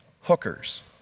hookers